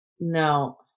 No